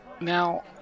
Now